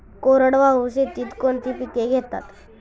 कोरडवाहू शेतीत कोणती पिके घेतात?